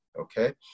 okay